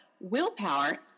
Willpower